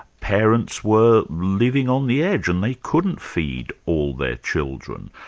parents were living on the edge and they couldn't feed all their children.